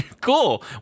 cool